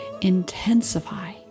intensify